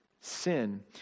sin